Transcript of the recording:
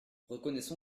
reconnaissons